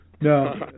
No